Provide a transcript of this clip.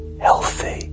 healthy